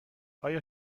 آیا